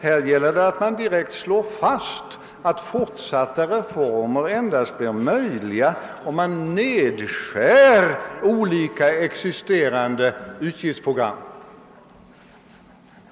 Här gällde det emellertid att Ni slagit fast att fortsatta reformer blir möjliga endast om man nedskär olika existerande utgiftsprogram.